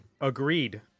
agreed